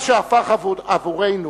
מה שהפך עבורנו,